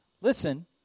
listen